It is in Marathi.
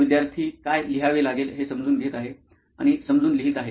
तर विद्यार्थी काय लिहावे लागेल हे समजून घेत आहे आणि समजून लिहीत आहे